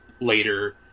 later